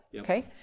okay